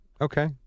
Okay